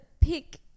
pick